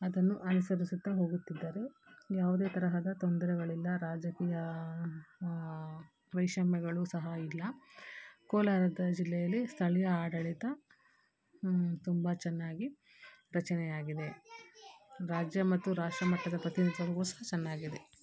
ಅದನ್ನು ಅನುಸರಿಸುತ್ತಾ ಹೋಗುತ್ತಿದ್ದಾರೆ ಯಾವುದೇ ತರಹದ ತೊಂದರೆಗಳಿಲ್ಲ ರಾಜಕೀಯ ವೈಷ್ಯಮ್ಯಗಳೂ ಸಹ ಇಲ್ಲ ಕೋಲಾರದ ಜಿಲ್ಲೆಯಲ್ಲಿ ಸ್ಥಳೀಯ ಆಡಳಿತ ತುಂಬಾ ಚೆನ್ನಾಗಿ ರಚನೆಯಾಗಿದೆ ರಾಜ್ಯ ಮತ್ತು ರಾಷ್ಟ್ರ ಮಟ್ಟದ ಪ್ರತಿನಿತ್ವವೂ ಸಹ ಚೆನ್ನಾಗಿದೆ